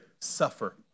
suffer